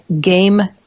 game